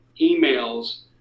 emails